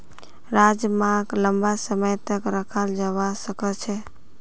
राजमाक लंबा समय तक रखाल जवा सकअ छे